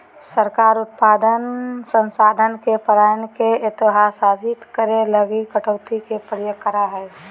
सरकार उत्पादक संसाधन के पलायन के हतोत्साहित करे लगी कटौती के उपयोग करा हइ